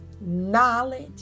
knowledge